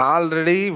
Already